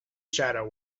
shadow